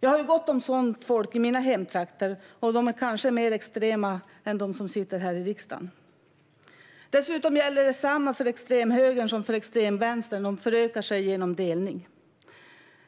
Jag har ju gott om sådant folk i mina hemtrakter, och de är kanske mer extrema än de som sitter här i riksdagen. Dessutom gäller samma sak för extremhögern som för extremvänstern - de förökar sig genom delning.